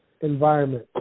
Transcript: environment